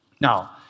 now